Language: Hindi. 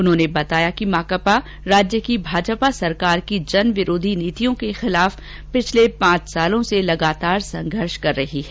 उन्होंने बताया कि माकपा राज्य की भाजपा सरकार की जनविरोधी नीतियों के खिलाफ पिछले पांच वर्षो से लगातार संघर्षरत है